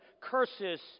curses